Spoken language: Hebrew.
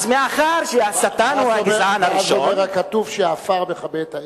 אז מאחר שהשטן הוא הגזען הראשון,